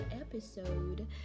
episode